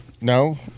No